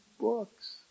books